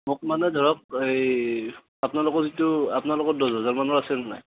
মোক মানে ধৰক এই আপোনালোকৰ যিটো আপোনালোকৰ দহ হেজাৰ মানৰ আছে নে নাই